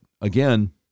again